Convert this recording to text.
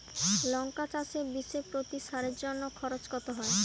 লঙ্কা চাষে বিষে প্রতি সারের জন্য খরচ কত হয়?